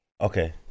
Okay